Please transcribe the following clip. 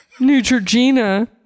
Neutrogena